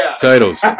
titles